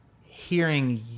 hearing